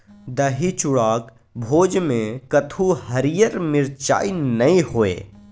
दही चूड़ाक भोजमे कतहु हरियर मिरचाइ नै होए